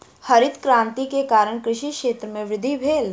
हरित क्रांति के कारण कृषि क्षेत्र में वृद्धि भेल